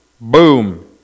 Boom